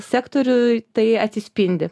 sektoriuj tai atsispindi